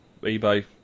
eBay